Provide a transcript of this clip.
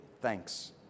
thanks